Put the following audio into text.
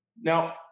Now